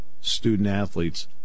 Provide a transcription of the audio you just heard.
student-athletes